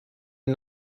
den